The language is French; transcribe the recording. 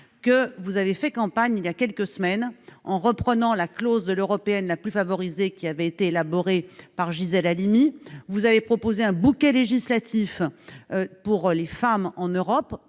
vous avez fait campagne voilà quelques semaines en reprenant la clause de l'Européenne la plus favorisée, qui avait été élaborée par Gisèle Halimi. Vous avez proposé un bouquet législatif pour les femmes en Europe,